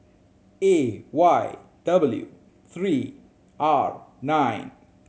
A Y W three R nine